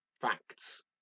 Facts